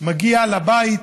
מגיע לבית,